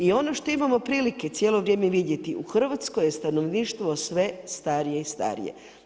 I ono što imamo prilike cijelo vrijeme vidjeti, u Hrvatskoj je stanovništvo sve starije i starije.